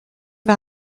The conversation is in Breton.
war